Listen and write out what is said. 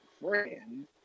friend